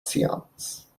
seance